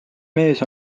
mees